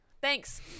Thanks